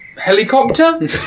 Helicopter